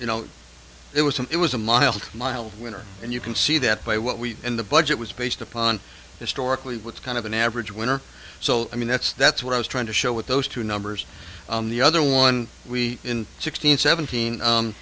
you know it was a it was a mild mild winter and you can see that by what we in the budget was based upon historically with kind of an average winner so i mean that's that's what i was trying to show with those two numbers on the other one we in sixteen seventeen